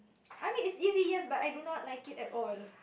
I mean it's easy yes but I do not like it at all